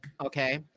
Okay